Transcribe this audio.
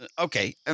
Okay